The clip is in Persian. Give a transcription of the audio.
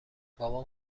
بابام